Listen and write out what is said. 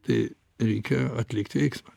tai reikia atlikti veiksmą